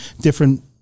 different